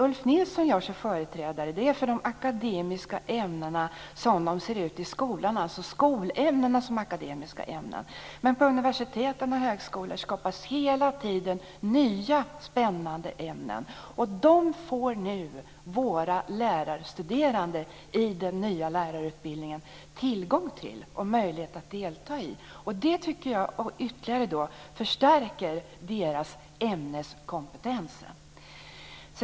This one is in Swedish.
Ulf Nilsson gör sig till företrädare för de akademiska ämnena som dessa ser ut i skolan, alltså skolämnena som akademiska ämnen. Men på universitet och högskolor skapas hela tiden nya spännande ämnen. De får nu våra lärarstuderande i den nya lärarutbildningen tillgång till och möjlighet att delta i. Det tycker jag ytterligare förstärker deras ämneskompetens.